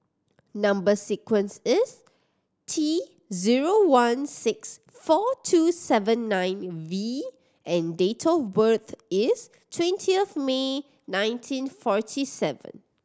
number sequence is T zero one six four two seven nine V and date of birth is twentieth May nineteen forty seven